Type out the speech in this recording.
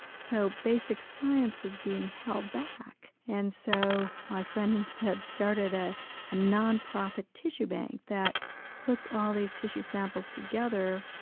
so basic science was being held back. and so my friend instead started a ah non-profit tissue bank that puts all these tissue samples together,